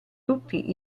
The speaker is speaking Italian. tutti